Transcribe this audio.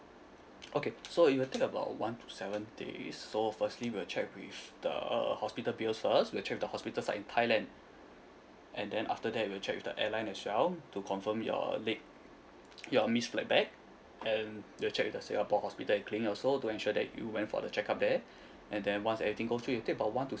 okay so it'll take about one to seven days so firstly we'll check with the uh hospital bills first we'll check the hospital side in thailand and then after that we'll check with the airline as well to confirm your late your missed flight back and we'll check the singapore hospital and clinic also to ensure that you went for the check-up there and then once everything goes through it will take about one to